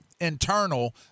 internal